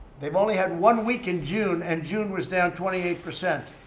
they've only had one week in june, and june was down twenty eight percent.